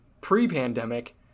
pre-pandemic